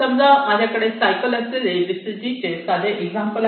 समज माझ्याकडे सायकल असलेले VCG चे साधे एक्झाम्पल आहे